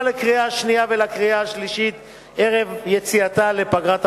לקריאה השנייה ולקריאה השלישית ערב יציאתה לפגרת הבחירות,